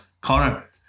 Connor